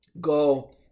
go